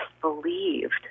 believed